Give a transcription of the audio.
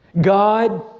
God